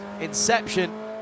Inception